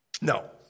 No